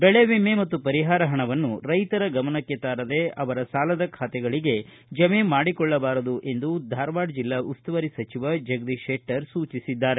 ಬೆಳೆವಿಮೆ ಮತ್ತು ಪರಿಹಾರ ಹಣವನ್ನು ರೈತರ ಗಮನಕ್ಕೆ ತಾರದೇ ಅವರ ಸಾಲದ ಬಾತೆಗಳಿಗೆ ಜಮೆ ಮಾಡಿಕೊಳ್ಳಬಾರದು ಎಂದು ಧಾರವಾಡ ಜಿಲ್ಲಾ ಉಸ್ತುವಾರಿ ಸಚಿವ ಜಗದೀಶ ಶೆಟ್ಟರ್ ಸೂಚಿಸಿದ್ದಾರೆ